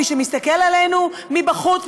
מי שמסתכל עלינו מבחוץ,